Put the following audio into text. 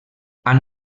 han